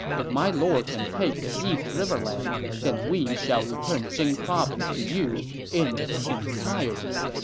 if my lord can take the east riverlands, then we shall return jing province to you in its entirety.